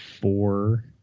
four